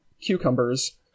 cucumbers